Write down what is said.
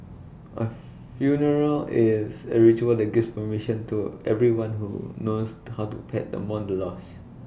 A funeral is A ritual that gives permission to everyone who knows the hot to pet the mourn loss